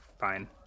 fine